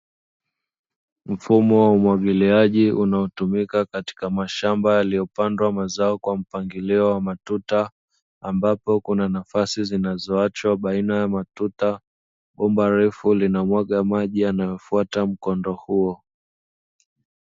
Mfumo wa umwagiliaji, unaotumika katika mashamba yaliopandwa mazao kwa mpangilio wa matuta, ambapo kuna nafasi zinazaoachwa baina ya matuta, bomba refu linamwaga maji yanayofata mkondo huo.